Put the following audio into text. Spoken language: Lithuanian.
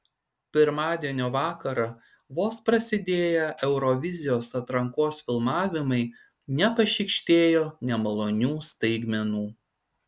pirmadienio vakarą vos prasidėję eurovizijos atrankos filmavimai nepašykštėjo nemalonių staigmenų